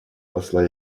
посла